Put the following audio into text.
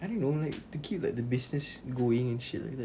I don't know like to keep like the business going and shit like that